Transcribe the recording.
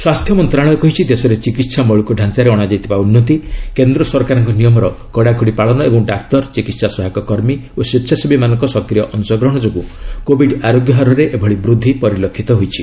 ସ୍ୱାସ୍ଥ୍ୟ ମନ୍ତ୍ରଣାଳୟ କହିଛି ଦେଶରେ ଚିକିତ୍ସା ମୌଳିକତାଞାରେ ଅଣାଯାଇଥିବା ଉନ୍ନତି କେନ୍ଦ୍ର ସରକାରଙ୍କ ନିୟମର କଡ଼ାକଡ଼ି ପାଳନ ଓ ଡାକ୍ତର ଚିକିତ୍ସା ସହାୟକ କର୍ମୀ ଏବଂ ସ୍ୱେଚ୍ଛାସେବୀମାନଙ୍କ ସକ୍ରିୟ ଅଂଶଗ୍ରହଣ ଯୋଗୁଁ କୋବିଡ୍ ଆରୋଗ୍ୟ ହାରରେ ଏଭଳି ବୃଦ୍ଧି ପରିଲକ୍ଷିତ ହୋଇଛି